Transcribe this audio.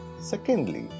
Secondly